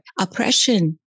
Oppression